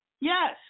Yes